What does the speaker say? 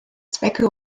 zwecke